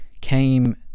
came